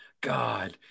god